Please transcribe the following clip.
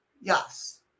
Yes